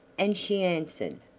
and she answered,